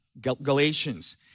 Galatians